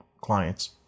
clients